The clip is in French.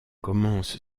commence